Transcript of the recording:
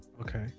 Okay